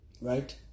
right